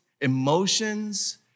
emotions